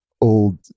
old